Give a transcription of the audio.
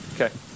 Okay